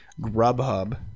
Grubhub